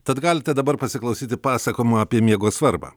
tad galite dabar pasiklausyti pasakojimo apie miego svarbą